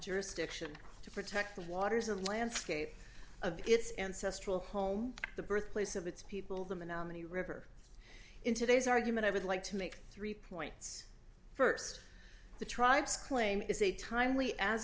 jurisdiction to protect the waters of the landscape of its ancestral home the birthplace of its people the menominee river in today's argument i would like to make three points st the tribes claim is a timely as